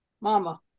mama